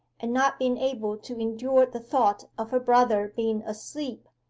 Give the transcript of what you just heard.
and not being able to endure the thought of her brother being asleep,